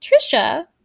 Trisha